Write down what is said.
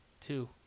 Two